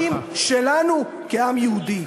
עם השורשים שלנו כעם יהודי.